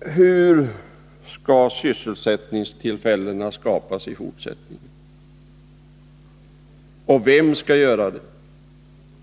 Hur skall sysselsättningstillfällena skapas i fortsättningen? Och vem skall göra det?